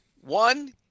one